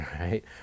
right